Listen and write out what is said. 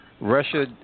Russia